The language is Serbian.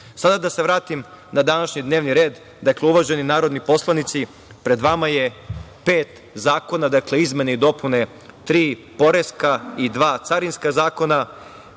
da se vratim na današnji dnevni red. Dakle, uvaženi narodni poslanici, pred vama je pet zakona, izmene i dopune tri poreska i dva carinska zakona.